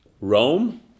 Rome